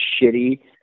shitty